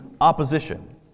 opposition